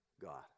God